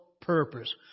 purpose